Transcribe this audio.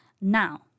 Now